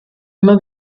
immer